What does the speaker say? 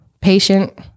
patient